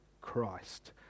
Christ